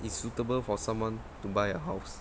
is suitable for someone to buy a house